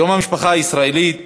יום המשפחה הישראלית נועד,